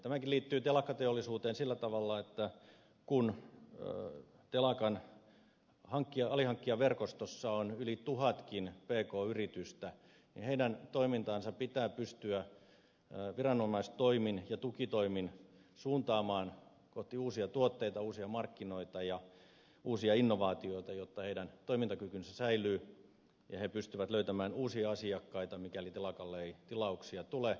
tämäkin liittyy telakkateollisuuteen sillä tavalla että kun telakan alihankkijaverkostossa on yli tuhatkin pk yritystä niin heidän toimintaansa pitää pystyä viranomaistoimin ja tukitoimin suuntaamaan kohti uusia tuotteita uusia markkinoita ja uusia innovaatioita jotta heidän toimintakykynsä säilyy ja he pystyvät löytämään uusia asiakkaita mikäli telakalle ei tilauksia tule